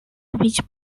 which